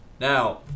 Now